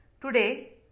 today